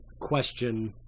question